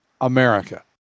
America